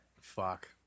Fuck